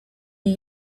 new